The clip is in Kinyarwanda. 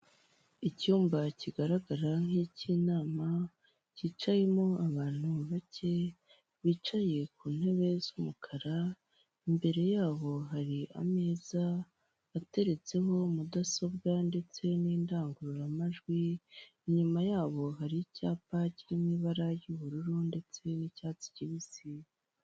Icyumba kigaragara nk'icy'inama, cyicayemo abantu bake; bicaye ku ntebe z'umukara, imbere yabo hari ameza ateretseho mudasobwa ndetse n'indangururamajwi; inyuma yabo hari icyapa kiri mu ibara ry'ubururu ndetse n'icyatsi kibisi.